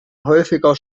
häufiger